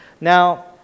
now